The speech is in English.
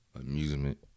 amusement